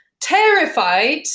Terrified